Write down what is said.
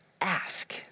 Ask